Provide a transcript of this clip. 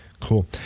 Cool